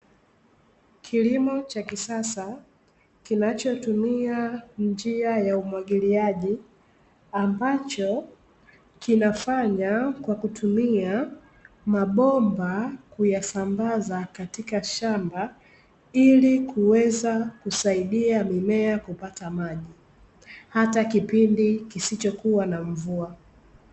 Kilimo cha kisasa, kinachotumia njia ya umwagiliaji, ambacho kinafanya kwa kutumia mabomba kuyasambaza katika shamba, ili kuweza kusaidia mimea kupata maji, hata kipindi kisichokuwa na mvua.